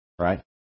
right